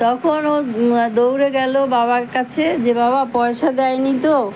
তখন ও দৌড়ে গেল বাবার কাছে যে বাবা পয়সা দেয় নি তো